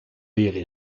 leren